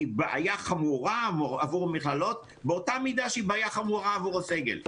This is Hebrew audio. והיא בעיה חמורה עבור המכללות באותה מידה שהיא בעיה חמורה עבור הסגל,